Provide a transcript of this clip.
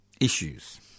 issues